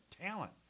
talent